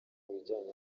bijyanye